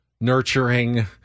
nurturing